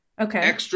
Okay